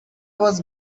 was